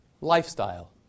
lifestyle